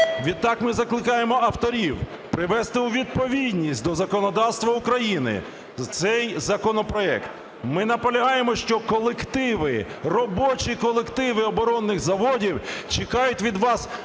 Відтак ми закликаємо авторів привести у відповідність до законодавства України цей законопроект. Ми наполягаємо, що колективи, робочі колективи оборонних заводів чекають від вас